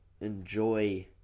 enjoy